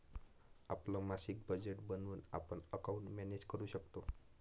आपलं मासिक बजेट बनवून आपण अकाउंट मॅनेज करू शकतो